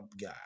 guy